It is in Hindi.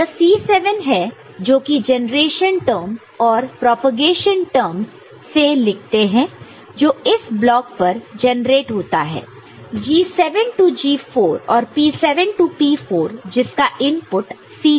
तो यह C7 है जो कि जनरेशन टर्मस और प्रोपेगेशन टर्मस से लिखते हैं जो इस ब्लॉक पर जेनरेट होता है G7 4 और P7 4 जिसका इनपुट C3 है